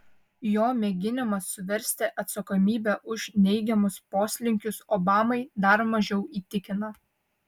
jo mėginimas suversti atsakomybę už neigiamus poslinkius obamai dar mažiau įtikina